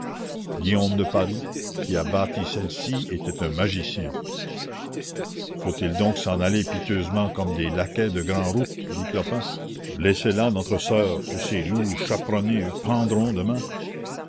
guillaume de paris qui a bâti celle-ci était un magicien faut-il donc s'en aller piteusement comme des laquais de grand route dit clopin laisser là notre soeur que ces loups chaperonnés pendront demain